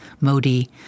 Modi